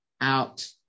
out